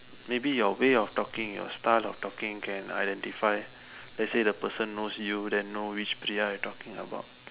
maybe your way of talking style your style of talking can identify let's say the person knows you then know which Priya you talking about